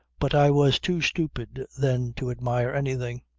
but i was too stupid then to admire anything.